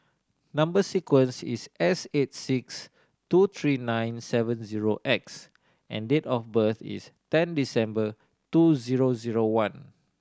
number sequence is S eight six two three nine seven zero X and date of birth is ten December two zero zero one